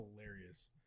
hilarious